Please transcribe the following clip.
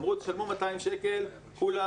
אמרו: תשלמו 200 שקל כולם,